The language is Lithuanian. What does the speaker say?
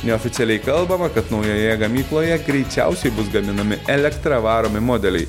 neoficialiai kalbama kad naujoje gamykloje greičiausiai bus gaminami elektra varomi modeliai